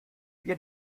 wir